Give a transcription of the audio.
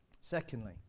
Secondly